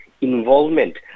involvement